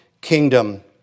kingdom